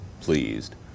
pleased